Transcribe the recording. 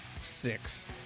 Six